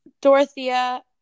Dorothea